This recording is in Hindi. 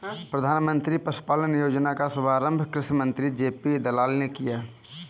प्रधानमंत्री पशुपालन योजना का शुभारंभ कृषि मंत्री जे.पी दलाल ने किया